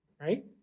right